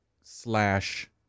slash